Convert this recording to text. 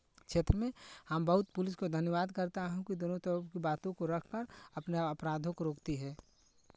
क्षेत्र में हम बहुत पुलिस को धन्यवाद करता हूँ कि दोनों तरफ की बातों को रखकर अपना अपराधों को रोकती है